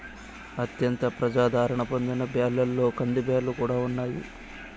అత్యంత ప్రజాధారణ పొందిన బ్యాళ్ళలో కందిబ్యాల్లు కూడా ఉన్నాయి